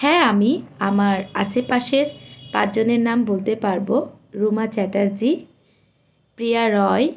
হ্যাঁ আমি আমার আশেপাশের পাঁচজনের নাম বলতে পারবো রুমা চ্যাটার্জী প্রিয়া রয়